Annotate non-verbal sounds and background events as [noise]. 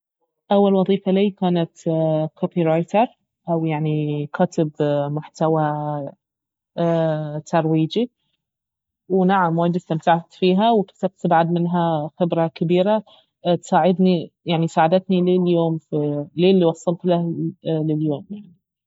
اول وظيفة لي كانت كوبيرايتر او يعني كاتب محتوى [hesitation] ترويجي ونعم وايد استمتعت فيها واكتسبت بعد منها خبرة كبيرة تساعدني يعني ساعدتني لليوم في للي وصلت له لليوم يعني